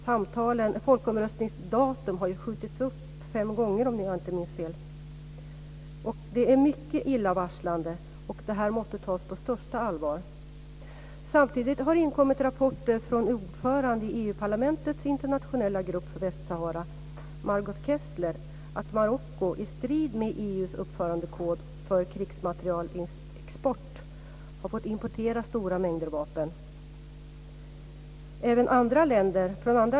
Datumet då folkomröstningen ska äga rum har ju flyttats fram fem gånger, om jag inte minns fel, och det är mycket illavarslande och måste tas på största allvar. Samtidigt har det inkommit rapporter från ordföranden i EU-parlamentets internationella grupp för EU:s uppförandekod för krigsmaterielexport har fått importera stora mängder vapen.